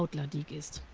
but la digue is.